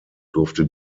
durfte